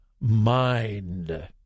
mind